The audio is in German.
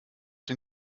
den